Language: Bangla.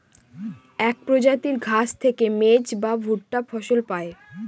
এক প্রজাতির ঘাস থেকে মেজ বা ভুট্টা ফসল পায়